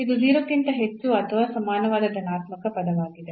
ಇದು 0 ಕ್ಕಿಂತ ಹೆಚ್ಚು ಅಥವಾ ಸಮಾನವಾದ ಧನಾತ್ಮಕ ಪದವಾಗಿದೆ